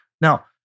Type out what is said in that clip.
Now